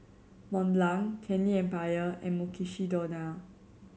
Mont Blanc Candy Empire and Mukshidonna